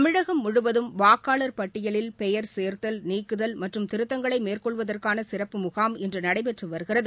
தமிழகம் முழுவதும் வாக்காளர் பட்டியலில் பெயர் சேர்த்தல் நீக்குதல் மற்றும் திருத்தங்களை மேற்கொள்வதற்கான சிறப்பு முகாம் இன்று நடைபெற்று வருகிறது